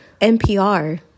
NPR